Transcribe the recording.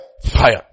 Fire